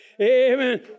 Amen